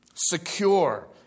Secure